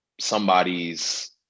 somebody's